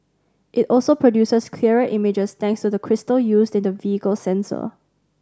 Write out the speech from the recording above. it also produces clearer images thanks to the crystal used in the vehicle's sensor